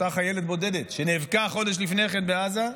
אותה חיילת בודדת שנאבקה חודש לפני כן בעזה,